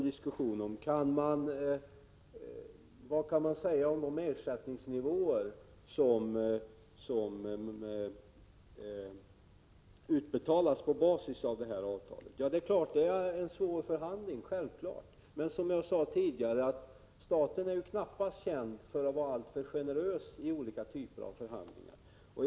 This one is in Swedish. Diskussionen gäller sedan vad man kan säga om de ersättningar som betalades ut på basis av detta avtal. Det är självklart att det här är en svår förhandling. Men som jag sade tidigare är staten knappast känd för att vara alltför generös i olika typer av förhandlingar.